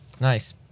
Nice